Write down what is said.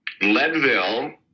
leadville